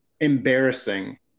embarrassing